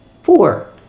Four